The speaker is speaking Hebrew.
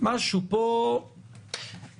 משהו פה נראה מוזר.